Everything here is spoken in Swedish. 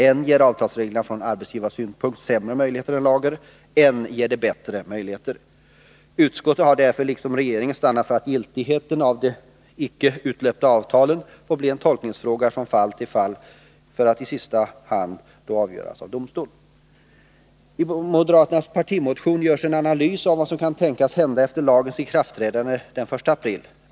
Än ger avtalsreglerna från arbetsgivarsynpunkt sämre möjlighet än lagen, än ger de bättre möjligheter. Utskottet har därför liksom regeringen stannat för att giltigheten av de icke utlöpta avtalen får bli en tolkningsfråga från fall till fall för att i sista hand få avgöras av domstol. I moderaternas partimotion görs en analys av vad som kan tänkas hända efter lagens ikraftträdande den 1 april.